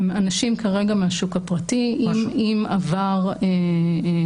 הם אנשים כרגע מהשוק הפרטי עם עבר פרטי.